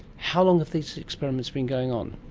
how long have these experiments been going on?